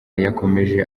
yakomeje